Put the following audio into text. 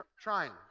Trying